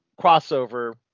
crossover